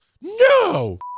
no